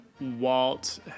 Walt